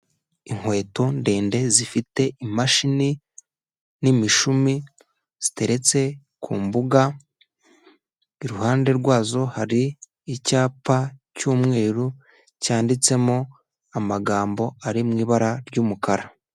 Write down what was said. Inkweto ndende zifite imashini n'imishumi, ziteretse ku mbuga, iruhande rwazo, hari icyapa cy'umweru cyanditsemo amagambo ari mu ibara ry'umukara.